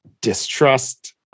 distrust